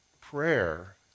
prayer